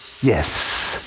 yes!